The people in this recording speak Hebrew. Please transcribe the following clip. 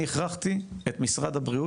אני הכרחתי את משרד הבריאות,